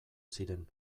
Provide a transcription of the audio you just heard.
ziren